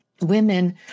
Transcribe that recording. Women